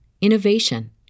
innovation